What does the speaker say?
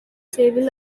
sable